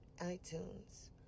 iTunes